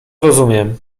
rozumiem